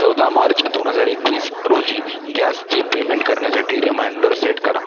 चौदा मार्च दोन हजार एकवीस रोजी गॅसची पेमेंट करण्यासाठी रिमाइंडर सेट करा